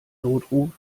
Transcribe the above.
notruf